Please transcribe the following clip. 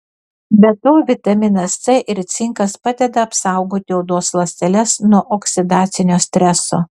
be to vitaminas c ir cinkas padeda apsaugoti odos ląsteles nuo oksidacinio streso